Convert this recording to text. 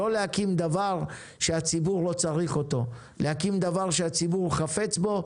לא להקים דבר שהציבור לא צריך אותו להקים דבר שהציבור חפץ בו,